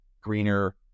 greener